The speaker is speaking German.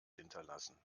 hinterlassen